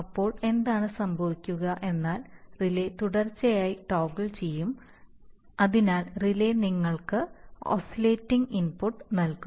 അപ്പോൾ എന്താണ് സംഭവിക്കുക എന്നാൽ റിലേ തുടർച്ചയായി ടോഗിൾ ചെയ്യും അതിനാൽ റിലേ നിങ്ങൾക്ക് ഓസിലേറ്റിംഗ് ഇൻപുട്ട് നൽകും